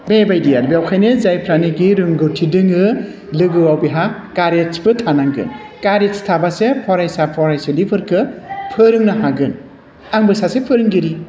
बेबायदि आरो बेखायनो जायफ्रानाखि रोंगौथि दङ लोगोआव बेहा कारेजबो थानांगोन कारेज थाबासो फरायसा फरायसुलिफोरखौ फोरोंनो हागोन आंबो सासे फोरोंगिरि